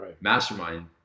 mastermind